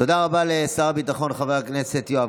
תודה רבה לשר הביטחון חבר הכנסת יואב